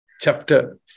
chapter